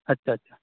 اچھا اچھا